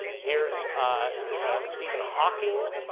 here's stephen hawking,